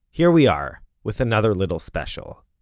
here we are, with another little special.